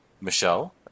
Michelle